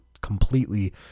completely